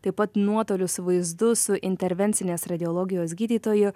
taip pat nuotoliu su vaizdu su intervencinės radiologijos gydytoju